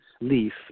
Leaf